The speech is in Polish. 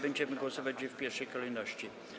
Będziemy głosować nad nimi w pierwszej kolejności.